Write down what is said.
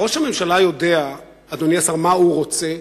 ראש הממשלה יודע, אדוני השר, מה הוא רוצה?